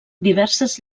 diverses